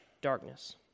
darkness